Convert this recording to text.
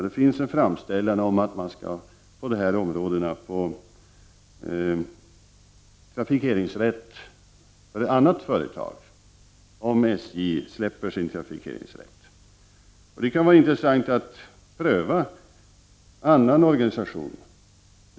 Det finns en framställan om trafikeringsrätt för annat företag om SJ släpper sin trafikeringsrätt på detta område. Det kan vara intressant att pröva annan organisation.